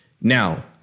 Now